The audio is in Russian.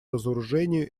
разоружению